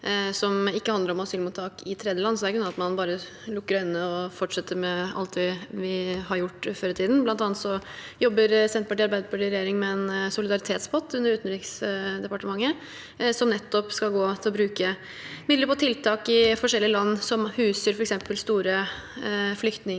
ikke handler om asylmottak i tredjeland. Det er ikke sånn at man bare lukker øynene og fortsetter med alt det vi har gjort før i tiden. Blant annet jobber Senterparti–Arbeiderparti-regjeringen med en solidaritetspott under Utenriksdepartementet som nettopp skal gå til å bruke midler på tiltak i forskjellige land som huser f.eks. store flyktningbefolkninger,